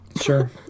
Sure